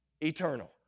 eternal